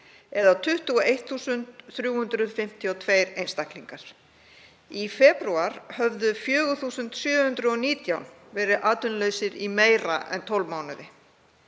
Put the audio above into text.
eða 21.352 einstaklingar. Í febrúar höfðu 4.719 manns verið atvinnulausir í meira en 12 mánuði.